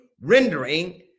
rendering